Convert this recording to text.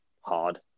hard